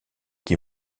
qui